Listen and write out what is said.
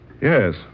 Yes